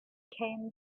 came